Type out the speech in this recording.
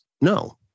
No